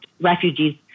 refugees